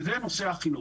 וזה נושא החינוך.